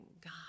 God